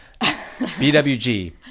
BWG